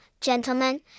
gentlemen